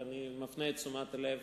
ואני מפנה את תשומת הלב